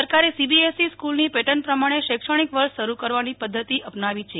સરકારે સીબીએસઈ સ્કૂલની પેટર્ન પ્રમાણે શૈક્ષણિક વર્ષ શરૂ કરવાની પદ્વતિ અપનાવી છે